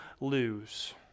lose